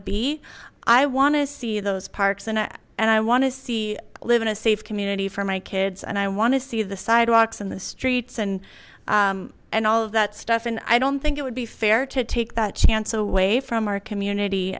be i want to see those parks and and i want to see live in a safe community for my kids and i want to see the sidewalks and the streets and and all of that stuff and i don't think it would be fair to take that chance away from our community